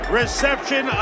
reception